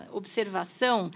observação